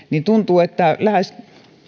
tuntuu että lähes